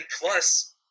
plus